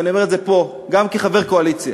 אני אומר את זה פה גם כחבר קואליציה.